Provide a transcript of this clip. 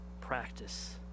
practice